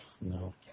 no